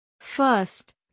First